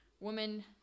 women